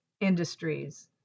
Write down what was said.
industries